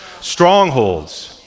strongholds